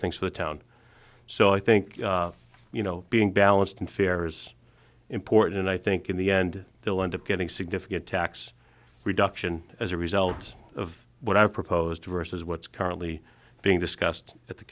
things for the town so i think you know being balanced and fair is important and i think in the end they'll end up getting significant tax reduction as a result of what i've proposed versus what's currently being discussed at the